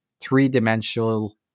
three-dimensional